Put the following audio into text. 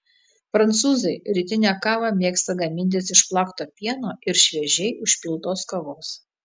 prancūzai rytinę kavą mėgsta gamintis iš plakto pieno ir šviežiai užpiltos kavos